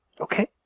okay